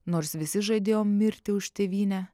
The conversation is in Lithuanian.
nors visi žadėjom mirti už tėvynę